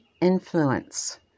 influence